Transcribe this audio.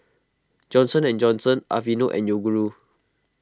Johnson and Johnson Aveeno and Yoguru